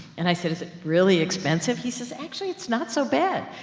and i said, is it really expensive? he says, actually, it's not so bad.